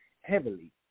heavily